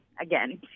again